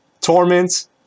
Torment